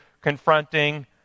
confronting